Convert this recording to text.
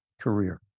career